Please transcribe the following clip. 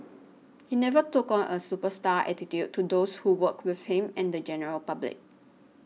he never took on a superstar attitude to those who worked with him and the general public